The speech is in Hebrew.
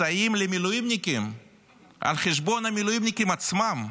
מסייעים למילואימניקים על חשבון המילואימניקים עצמם.